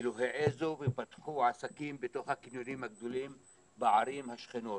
העזו ופתחו עסקים בתוך הקניונים הגדולים בערים השכנות,